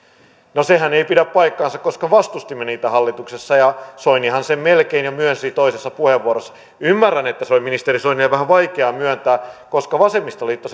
no sehän ei pidä paikkaansa koska vastustimme niitä hallituksessa ja soinihan sen melkein jo myönsi toisessa puheenvuorossa ymmärrän että se oli ministeri soinin vähän vaikea myöntää koska vasemmistoliitto